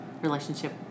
relationship